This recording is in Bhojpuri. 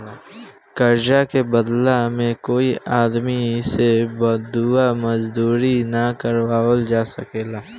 कर्जा के बदला में कोई आदमी से बंधुआ मजदूरी ना करावल जा सकेला